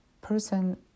person